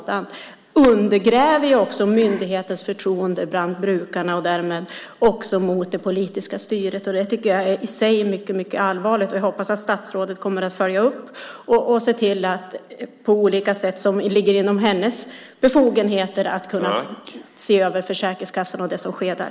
Det undergräver förtroendet för myndigheten bland brukarna och därmed också förtroendet för det politiska styret. Det tycker jag i sig är mycket allvarligt. Jag hoppas att statsrådet kommer att följa upp detta och på olika sätt som ligger inom hennes befogenheter se över Försäkringskassan och det som sker där.